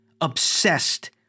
obsessed